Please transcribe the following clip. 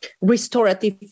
restorative